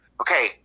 Okay